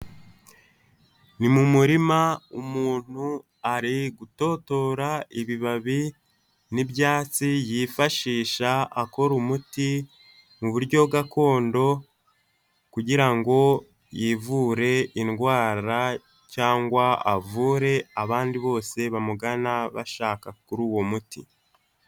Ni murima umuntu ari gutotora ibibabi n'ibyatsi yifashisha akora umuti mu buryo gakondo, kugira ngo yivure indwara cyangwa avure abandi bose bamugana bashaka kuri uwo muti.